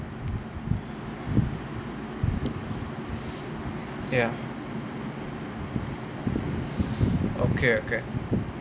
ya okay okay